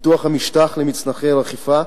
פיתוח המשטח למצנחי רחיפה,